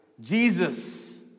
Jesus